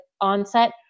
onset